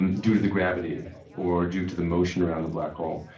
and due to the gravity or due to the motion around the black hole.